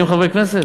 40 חברי כנסת?